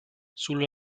sul